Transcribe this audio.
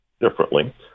differently